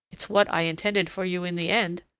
it's what i intended for you in the end.